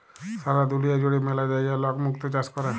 সারা দুলিয়া জুড়ে ম্যালা জায়গায় লক মুক্ত চাষ ক্যরে